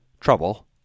trouble